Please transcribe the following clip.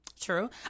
true